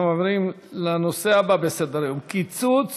אנחנו עוברים לנושא הבא בסדר-היום: קיצוץ